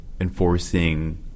enforcing